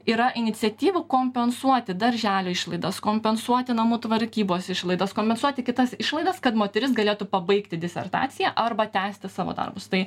yra iniciatyvų kompensuoti darželio išlaidas kompensuoti namų tvarkybos išlaidas kompensuoti kitas išlaidas kad moteris galėtų pabaigti disertaciją arba tęsti savo darbus tai